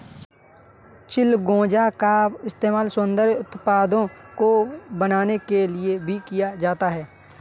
चिलगोजा का इस्तेमाल सौन्दर्य उत्पादों को बनाने के लिए भी किया जाता है